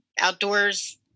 outdoors